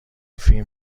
فیلم